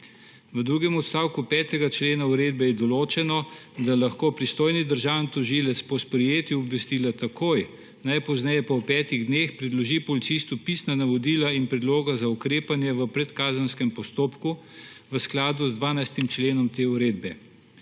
V drugem odstavku 5. člena uredbe je določeno, da lahko pristojni državni tožilec po sprejetju obvestila takoj, najpozneje pa v petih dneh, predloži policistu pisna navodila in predloge za ukrepanje v predkazenskem postopku v skladu z 12. členom te uredbe.